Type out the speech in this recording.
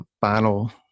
final